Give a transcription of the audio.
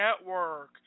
Network